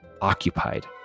occupied